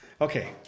Okay